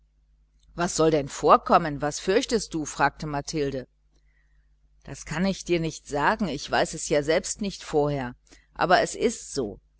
was soll denn vorkommen was fürchtest du das kann ich dir nicht sagen ich weiß es ja selbst nicht vorher aber es ist so